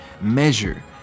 measure